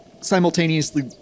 simultaneously